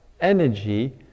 energy